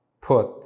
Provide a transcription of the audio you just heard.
put